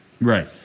right